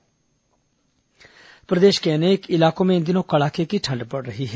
मौसम प्रदेश के अनेक इलाकों में इन दिनों कड़ाके की ठंड पड़ रही है